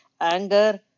anger